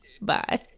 Bye